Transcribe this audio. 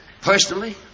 Personally